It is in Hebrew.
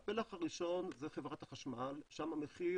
הפלח הראשון זה חברת החשמל, שם המחיר